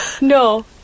No